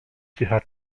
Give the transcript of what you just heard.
cicha